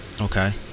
Okay